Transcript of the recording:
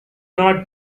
not